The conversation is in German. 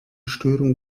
störung